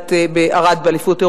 במדליית ארד באליפות אירופה,